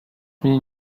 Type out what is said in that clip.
mnie